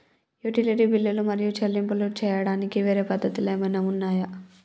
Utility బిల్లులు మరియు చెల్లింపులు చేయడానికి వేరే పద్ధతులు ఏమైనా ఉన్నాయా?